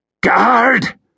Guard